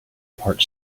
part